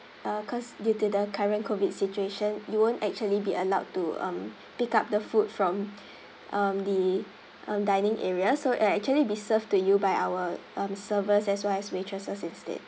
uh cause due to the current COVID situation you won't actually be allowed to um pick up the food from um the um dining areas so actually be served to you by our um servers as well as waitresses instead